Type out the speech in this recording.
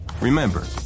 Remember